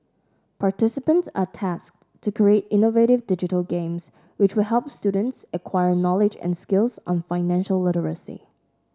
participants are tasked to create innovative digital games which will help students acquire knowledge and skills on financial literacy